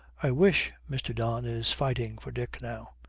i wish mr. don is fighting for dick now,